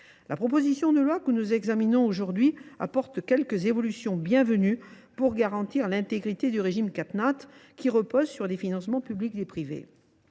La proposition de loi que nous examinons aujourd’hui apporte des évolutions bienvenues pour garantir l’intégrité du régime CatNat, qui repose sur des financements publics et privés.